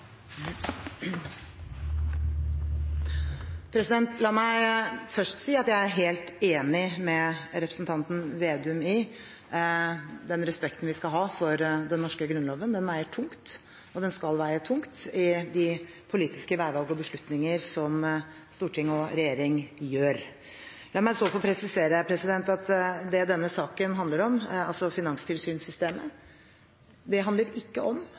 La meg først si at jeg er helt enig med representanten Slagsvold Vedum i at vi skal ha respekt for den norske grunnloven. Den veier tungt, og den skal veie tungt i de politiske veivalg og beslutninger som storting og regjering gjør. La meg så få presisere at denne saken, altså om finanstilsynssystemet, handler ikke om